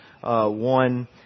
one